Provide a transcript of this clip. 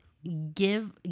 Give